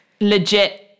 legit